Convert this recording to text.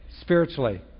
spiritually